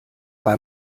bei